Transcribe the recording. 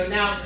Now